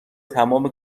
تمام